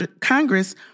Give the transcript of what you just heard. Congress